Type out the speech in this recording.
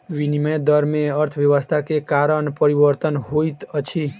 विनिमय दर में अर्थव्यवस्था के कारण परिवर्तन होइत अछि